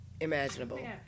imaginable